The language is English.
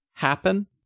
happen